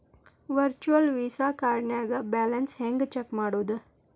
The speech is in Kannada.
ವರ್ಚುಯಲ್ ವೇಸಾ ಕಾರ್ಡ್ನ್ಯಾಗ ಬ್ಯಾಲೆನ್ಸ್ ಹೆಂಗ ಚೆಕ್ ಮಾಡುದು?